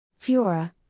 Fiora